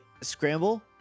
scramble